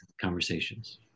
conversations